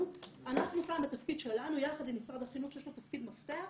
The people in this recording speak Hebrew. אנחנו כאן בתפקיד שלנו יחד עם משרד החינוך שיש לו תפקיד מפתח,